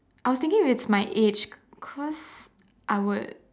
I was thinking if it's my age cause I would